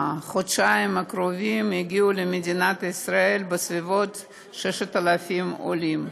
בחודשיים האחרונים הגיעו למדינת ישראל בסביבות 6,000 עולים,